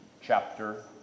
chapter